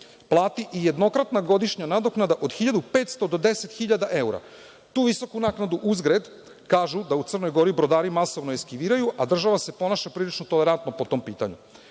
plati i jednokratna godišnja nadoknada od 1.500 do 10.000 eura. Tu visoku naknadu uzgred kažu da u Crnoj Gori brodari masovno eskiviraju, a država se ponaša prilično tolerantno po tom pitanju.